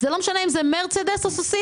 זה לא משנה אם זה מרצדס או סוסיתא.